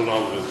לא לעובד.